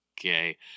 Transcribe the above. okay